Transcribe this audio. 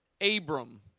Abram